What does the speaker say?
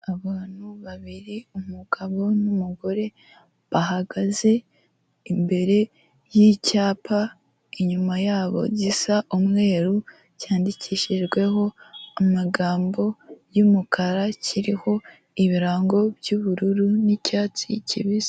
Abantu babiri umugabo, n'umugore bahagaze imbere y'icyapa inyuma yabo, gisa umweru cyandikishijweho amagambo y'umukara kiriho ibirango by'ubururu n'icyatsi kibisi.